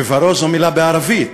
"כברו" זו מילה בערבית,